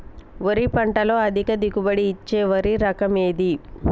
వరి పంట లో అధిక దిగుబడి ఇచ్చే వరి రకం ఏది?